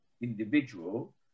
individual